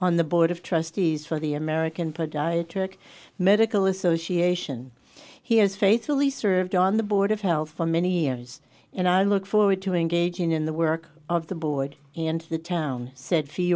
on the board of trustees for the american podiatric medical association he has faithfully served on the board of health for many years and i look forward to engaging in the work of the board and the town said